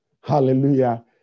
Hallelujah